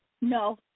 No